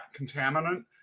contaminant